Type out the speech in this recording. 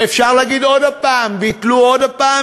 ואפשר להגיד עוד הפעם: ביטלו עוד הפעם